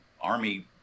Army